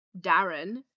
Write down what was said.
darren